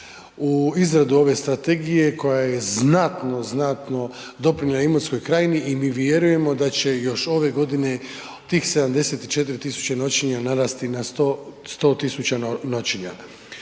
u izradu ove strategije koja je znatno, znatno doprinijela Imotskoj krajini i mi vjerujemo da će još ove godine tih 74 000 noćenja narasti na 100 000 noćenja.